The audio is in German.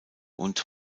und